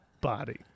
body